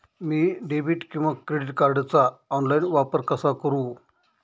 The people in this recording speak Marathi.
मी डेबिट किंवा क्रेडिट कार्डचा ऑनलाइन वापर कसा करु?